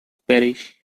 parish